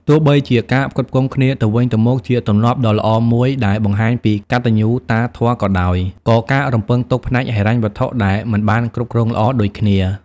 ទោះបីជាការផ្គត់ផ្គង់គ្នាទៅវិញទៅមកជាទម្លាប់ដ៏ល្អមួយដែលបង្ហាញពីកតញ្ញូតាធម៌ក៏ដោយ ក៏ការរំពឹងទុកផ្នែកហិរញ្ញវត្ថុដែលមិនបានគ្រប់គ្រងល្អដូចគ្នា។